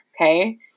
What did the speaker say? Okay